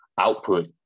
output